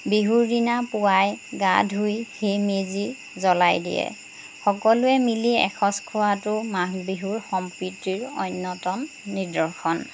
বিহুৰ দিনা পুৱাই গা ধুই সেই মেজি জ্বলাই দিয়ে সকলোৱে মিলি এসাঁজ খোৱাতো মাঘ বিহুৰ সম্প্ৰীতিৰ অন্যতম নিদৰ্শন